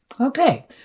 Okay